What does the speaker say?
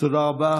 תודה רבה.